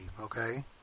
okay